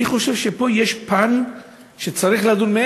אני חושב שפה יש פן שצריך לדון בו,